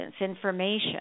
information